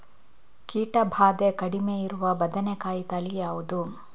ಕೀಟ ಭಾದೆ ಕಡಿಮೆ ಇರುವ ಬದನೆಕಾಯಿ ತಳಿ ಯಾವುದು?